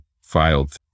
filed